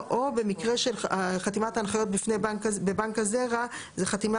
או במקרה של חתימת ההנחיות בבנק הזרע זה חתימה